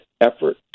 effort